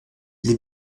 les